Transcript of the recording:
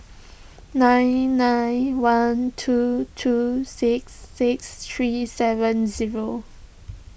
nine nine one two two six six three seven zero